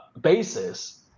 basis